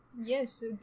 yes